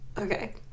Okay